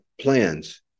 plans